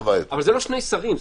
אבל זה לא שני שרים.